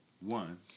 One